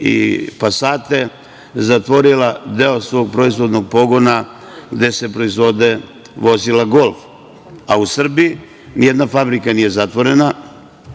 i "Pasate" zatvorila deo svog proizvodnog pogona gde se proizvode vozila "Golf", a u Srbiji nijedna fabrika nije zatvorena,